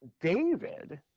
David